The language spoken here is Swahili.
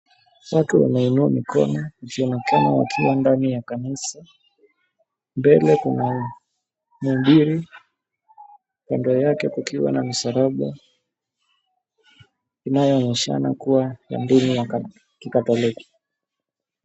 Watu wanainua mikono wakionekana wakiwa ndani ya kanisa. Mbele kuna muubiri, kando yake kukiwa na msalaba, inayoonyeshana kuwa maombi ni ya Kikatoliki.